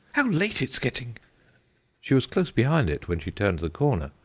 how late it's getting she was close behind it when she turned the corner,